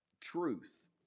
truth